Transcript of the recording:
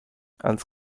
als